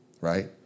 right